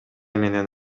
менен